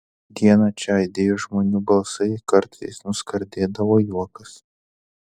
dieną čia aidėjo žmonių balsai kartais nuskardėdavo juokas